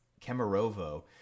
Kemerovo